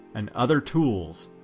and other tools,